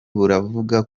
buravuga